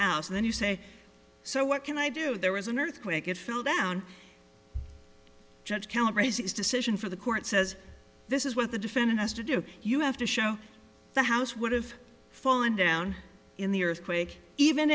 house then you say so what can i do there was an earthquake it fell down judge can't raise its decision for the court says this is what the defendant has to do you have to show the house would have fallen down in the earthquake even